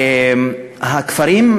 הכפרים,